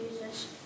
Jesus